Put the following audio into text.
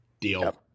deal